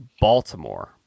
Baltimore